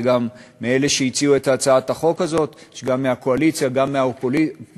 גם באלה שהציעו את הצעת החוק הזאת יש גם מהקואליציה וגם מהאופוזיציה,